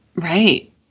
Right